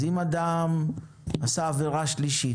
אם אדם עשה עבירה שלישית,